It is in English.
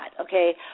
okay